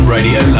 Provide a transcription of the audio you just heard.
Radio